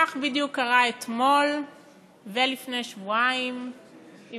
כך בדיוק קרה אתמול ולפני שבועיים עם